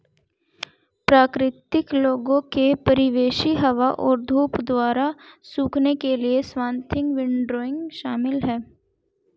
प्राकृतिक लोगों के परिवेशी हवा और धूप द्वारा सूखने के लिए स्वाथिंग विंडरोइंग शामिल है